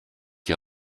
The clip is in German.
die